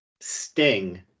sting